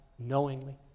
knowingly